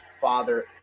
father